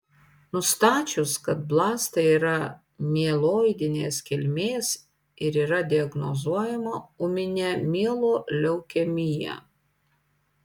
nustačius kad blastai yra mieloidinės kilmės ir yra diagnozuojama ūminė mieloleukemija